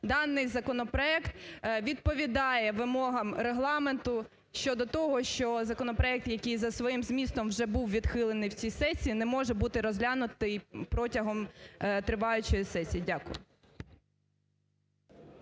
даний законопроект відповідає вимогам Регламенту щодо того, що законопроект, який за своїм змістом вже був відхилений в цій сесії не може бути розглянутий протягом триваючої сесії? Дякую.